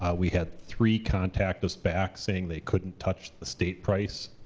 ah we had three contact us back saying they couldn't touch the state price.